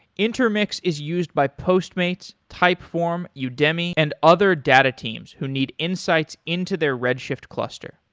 intermix is used by postmates, typeform, yeah udemy and other data teams who need insights into their redshift cluster.